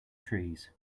trees